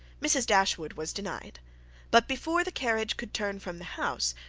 mrs. dashwood was denied but before the carriage could turn from the house,